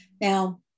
Now